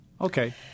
Okay